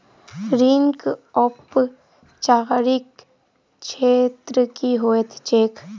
ऋणक औपचारिक स्त्रोत की होइत छैक?